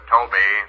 Toby